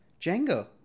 Django